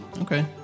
Okay